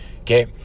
okay